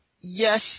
Yes